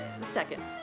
second